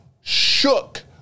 shook